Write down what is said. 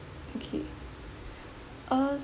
okay uh